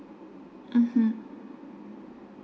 mmhmm